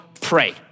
pray